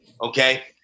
okay